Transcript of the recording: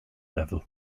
level